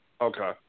okay